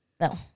No